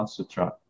Sutra